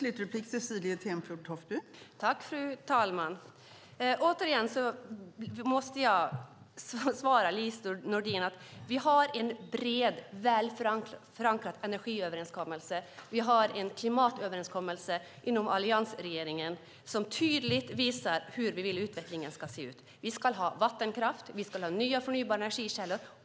Fru talman! Återigen måste jag svara Lise Nordin att vi i alliansregeringen har en bred, väl förankrad energiöverenskommelse och en klimatöverenskommelse som tydligt visar hur vi vill att utvecklingen ska se ut. Vi ska ha vattenkraft. Vi ska ha nya förnybara energikällor.